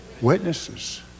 Witnesses